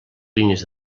línies